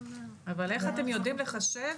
אבל איך אתם יודעים לחשב?